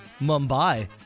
Mumbai